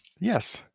yes